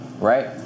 Right